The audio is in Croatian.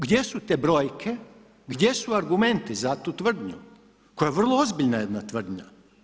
Gdje su te brojke, gdje su argumenti za tu tvrdnju, koja je vrlo ozbiljna jedna tvrdnja.